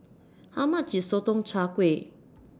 How much IS Sotong Char Kway